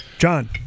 John